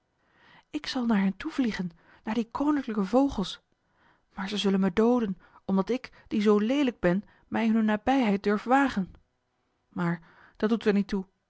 ik zal naar hen toe vliegen naar die koninklijke vogels maar zij zullen mij dooden omdat ik die zoo leelijk ben mij in hun nabijheid durf wagen maar dat doet er niet toe